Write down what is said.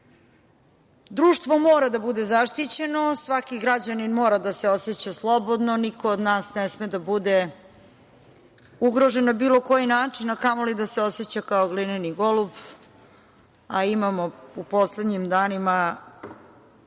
mora da bude zaštićeno, svaki građanin mora da se oseća slobodno, niko od nas ne sme da bude ugrožen na bilo koji način, a kamoli da se oseća kao glineni golub, a imamo u poslednjim danima